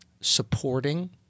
supporting